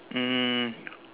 um